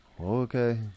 Okay